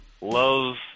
loves